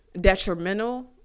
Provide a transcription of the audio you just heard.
detrimental